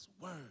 word